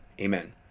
amen